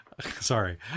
Sorry